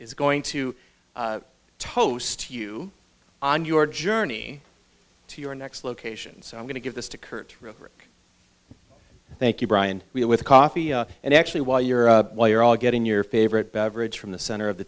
is going to toast you on your journey to your next location so i'm going to give this to curt rubric thank you brian we're with coffee and actually while you're while you're all getting your favorite beverage from the center of the